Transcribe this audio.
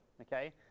okay